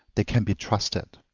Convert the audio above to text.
they can be trusted.